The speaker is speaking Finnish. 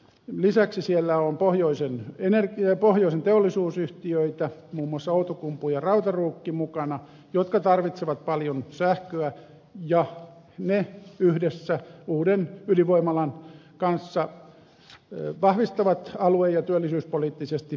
lisäksi siellä on pohjoisen teollisuusyhtiöitä muun muassa outokumpu ja rautaruukki mukana jotka tarvitsevat paljon sähköä ja ne yhdessä uuden ydinvoimalan kanssa vahvistavat alue ja työllisyyspoliittisesti pohjois suomea